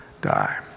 die